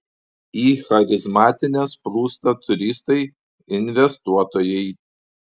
į charizmatines plūsta turistai investuotojai